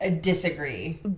Disagree